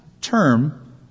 term